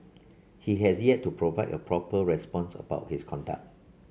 he has yet to provide a proper response about his conduct